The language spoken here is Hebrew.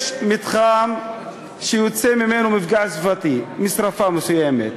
יש מתחם שיוצא ממנו מפגע סביבתי, משרפה מסוימת,